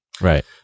Right